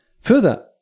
Further